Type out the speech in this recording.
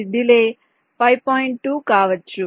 2 కావచ్చు